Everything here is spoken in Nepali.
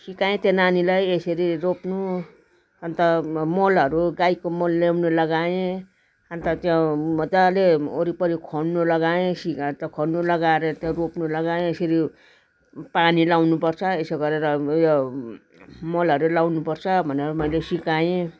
सिकाएँ त्यो नानीलाई यसरी रोप्नु अन्त मलहरू गाईको मल ल्याउनु लगाएँ अन्त त्यो मज्जाले वरिपरि खन्नु लगाएँ सिका खन्नु लगाएर त्यहाँ रोप्नु लगाएँ यसरी पानी लाउनु पर्छ यसो गरेर उयो मलहरू लाउनुपर्छ भनेर मैले सिकाएँ